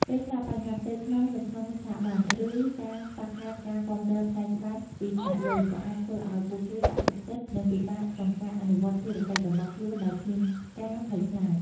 ពេលខ្លះ បញ្ហាផ្ទៃក្នុង នៅក្នុងស្ថាប័ន ឬការខ្វះខាតការគាំទ្រផ្នែកច្បាប់ពីថ្នាក់លើ ក៏អាចធ្វើឲ្យពួកគេបាក់ទឹកចិត្ត និងពិបាកក្នុងការអនុវត្តភារកិច្ចរបស់ខ្លួនដោយគ្មានការភ័យខ្លាច។